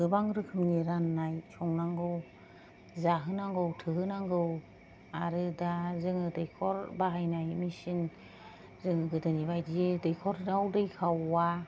गोबां रोखोमनि राननाय संनांगौ जाहोनांगौ थोहोनांगौ आरो दा जोङो दैख'र बाहायनाय मेसिन जों गोदोनि बायदि दैख'राव दै खावा